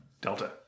Delta